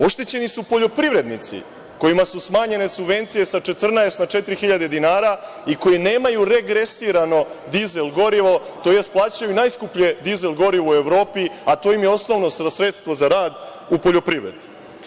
Oštećeni su poljoprivrednici kojima su smanjene subvencije sa 14 na četiri hiljade dinara i koji nemaju regresirano dizel gorivo tj. plaćaju najskuplje dizel gorivo u Evropi, a to im je osnovno sredstvo za rad u poljoprivredi.